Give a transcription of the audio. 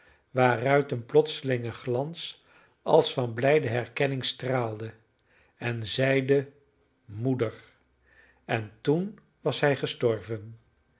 waaruit een plotselinge glans als van blijde herkenning straalde en zeide moeder en toen was hij gestorven